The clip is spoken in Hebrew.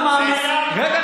ואתם מתנגדים, ראש הממשלה.